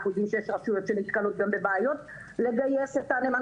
אנחנו יודעים שנתקלו בבעיות לדייק את נאמן